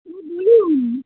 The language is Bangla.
হুম বলুন